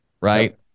right